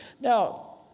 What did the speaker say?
Now